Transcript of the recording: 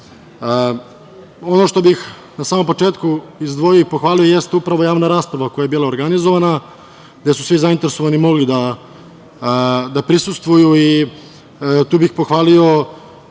što bih na samom početku izdvojio i pohvalio jeste upravo javna rasprava koja je bila organizovana, gde su svi zainteresovani mogli da prisustvuju i tu bih pohvalio